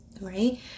right